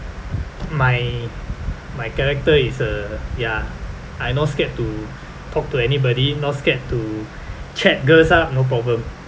my my character is uh ya I not scared to talk to anybody not scared to chat girls ah no problem